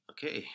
Okay